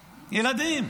ילדים,